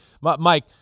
Mike